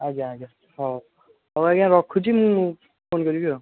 ଆଜ୍ଞା ଆଜ୍ଞା ହଉ ହଉ ଆଜ୍ଞା ରଖୁଛି ମୁଁ ଫୋନ୍ କରିବି ଆଉ